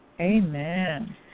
Amen